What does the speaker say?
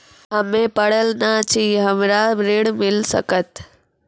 हम्मे पढ़ल न छी हमरा ऋण मिल सकत?